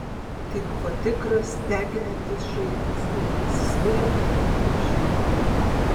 tai buvo tikras deginantis žaibas ir jis svilino jauniui širdį